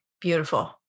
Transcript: Beautiful